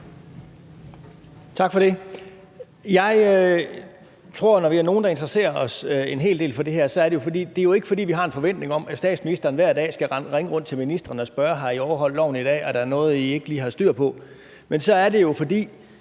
Tak for det. Jeg tror, at når vi er nogle, der interesserer os en hel del for det her, er det jo ikke, fordi vi har en forventning om, at statsministeren hver dag skal ringe rundt til ministrene og spørge: Har I overholdt loven i dag, er det noget, I ikke lige har styr på? Det er jo, fordi